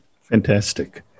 Fantastic